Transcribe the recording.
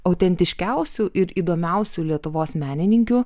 autentiškiausių ir įdomiausių lietuvos menininkių